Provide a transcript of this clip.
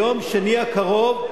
ביום שני הקרוב,